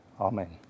Amen